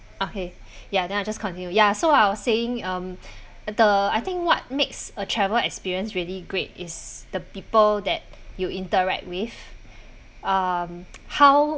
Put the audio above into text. okay ya then I'll just continue ya so I was saying um the I think what makes a travel experience really great is the people that you interact with um how